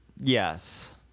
Yes